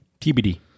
TBD